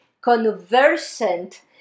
conversant